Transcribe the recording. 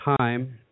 time